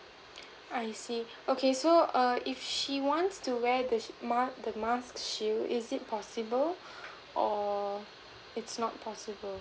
I see okay so err if she wants to wear the shi~ mask the mask shield is it possible or it's not possible